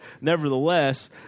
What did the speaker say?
nevertheless